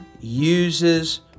uses